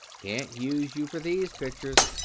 can't use you for these pictures.